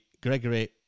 Gregory